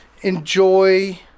enjoy